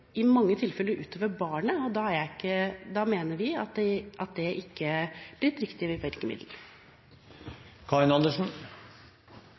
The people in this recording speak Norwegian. i mange tilfeller går ut over barnet. Da mener vi at dette ikke er et riktig